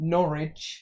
Norwich